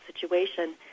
situation